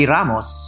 Ramos